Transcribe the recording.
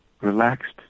relaxed